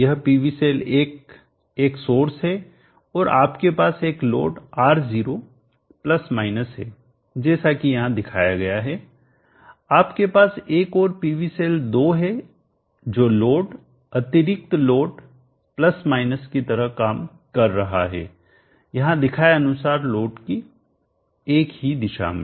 यह PV cell 1 एक source है और आपके पास एक लोड R0 है जैसा कि यहाँ दिखाया गया है आपके पास एक और PV सेल 2 है जो लोड अतिरिक्त लोड की तरह काम कर रहा है यहाँ दिखाए अनुसार लोड की एक ही दिशा में